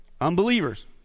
Unbelievers